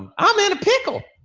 i'm anna pickle.